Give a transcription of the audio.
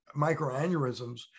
microaneurysms